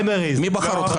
מי בחר אותך?